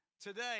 today